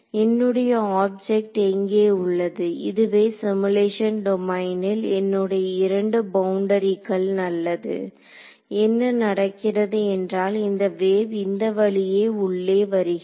என்னுடைய ஆப்ஜெக்ட் எங்கே உள்ளது இதுவே சிமுலேஷன் டொமைனில் என்னுடைய இரண்டு பவுண்டரிகள் நல்லது என்ன நடக்கிறது என்றால் இந்த வேவ் இந்த வழியே உள்ளே வருகிறது